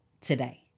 today